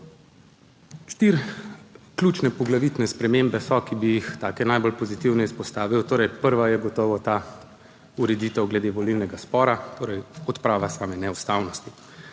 Štiri ključne, poglavitne spremembe so, ki bi jih, take najbolj pozitivne, izpostavil. Prva je gotovo ta ureditev glede volilnega spora, torej odprava same neustavnosti.